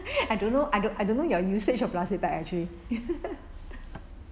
I don't know I don't I don't know your usage of plastic bag actually